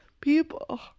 people